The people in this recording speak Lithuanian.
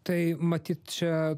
tai matyt čia